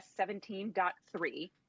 17.3